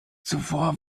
zuvor